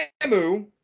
Samu